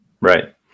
Right